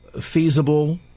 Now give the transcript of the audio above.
feasible